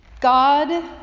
God